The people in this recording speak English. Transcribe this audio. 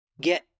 get